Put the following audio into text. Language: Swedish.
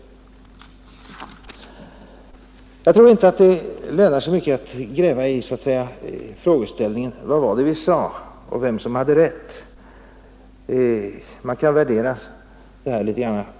Nu tror jag inte att det lönar sig att så att säga gräva i frågor av typen ”Vad var det vi sade?” eller att diskutera vem som hade rätt. Här kan man ha olika värderingar.